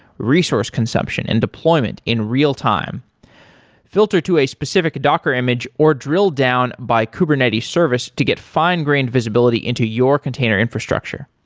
resource consumption and deployment in real time filter to a specific docker image or drill down by kubernetes service to get fine-grained visibility into your container infrastructure.